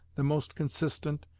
the most consistent,